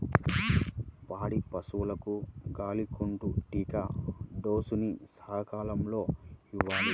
పాడి పశువులకు గాలికొంటా టీకా డోస్ ని సకాలంలో ఇవ్వాలి